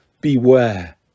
beware